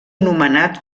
nomenat